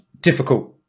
difficult